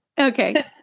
Okay